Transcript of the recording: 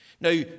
Now